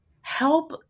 help